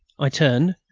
i turned,